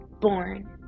born